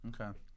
Okay